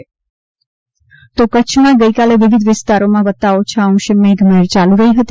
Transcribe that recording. મેઘમહેર કચ્છમાં ગઇકાલે વિવિધ વિસ્તારોમાં વત્તા ઓછા અંશે મેઘમહેર ચાલુ રહી હતી